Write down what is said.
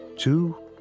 Two